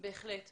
בהחלט.